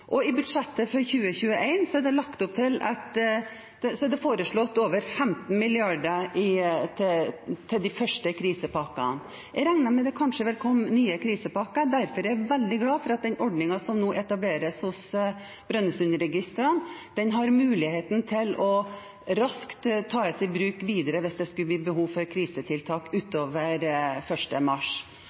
I budsjettet for 2021 er det foreslått over 15 mrd. kr til de første krisepakkene. Jeg regner med at det kanskje vil komme nye krisepakker, derfor er jeg veldig glad for at den ordningen som nå etableres hos Brønnøysundregistrene, har muligheten til raskt å tas i bruk videre hvis det skulle bli behov for krisetiltak utover 1. mars.